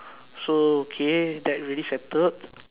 so okay that already settled